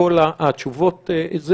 וכל התשובות יינתנו.